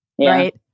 right